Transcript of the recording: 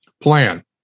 plan